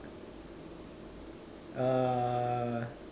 uh